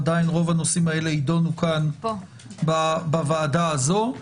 עדיין רוב הנושאים האלה יידונו בוועדה הזאת כאן.